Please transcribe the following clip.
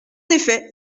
effet